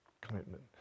commitment